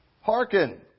Hearken